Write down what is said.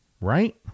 Right